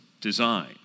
design